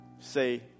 say